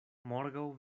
morgaŭ